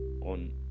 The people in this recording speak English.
on